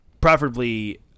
preferably